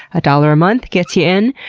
a dollar a month gets you in.